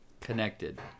connected